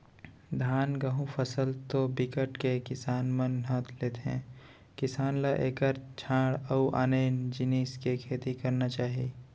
धान, गहूँ फसल तो बिकट के किसान मन ह लेथे किसान ल एखर छांड़ अउ आने जिनिस के खेती करना चाही